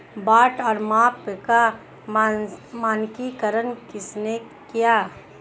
बाट और माप का मानकीकरण किसने किया?